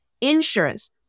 Insurance